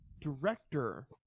director